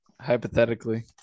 Hypothetically